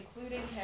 including